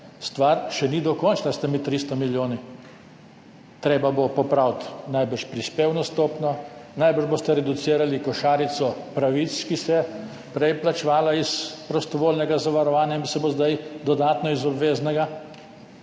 stvar še ni dokončna s temi 300 milijoni. Treba bo popraviti najbrž prispevno stopnjo, najbrž boste reducirali košarico pravic, ki se je prej plačevala iz prostovoljnega zavarovanja in se bo zdaj dodatno iz obveznega,